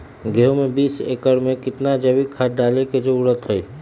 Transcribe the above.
गेंहू में बीस एकर में कितना जैविक खाद डाले के जरूरत है?